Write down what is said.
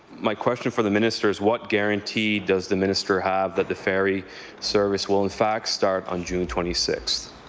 my question for the minister is what guarantee does the minister have that the ferry service will, in fact, start on june twenty sixth?